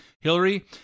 Hillary